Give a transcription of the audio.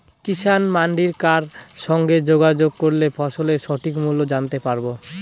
কিষান মান্ডির কার সঙ্গে যোগাযোগ করলে ফসলের সঠিক মূল্য জানতে পারবো?